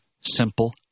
Simple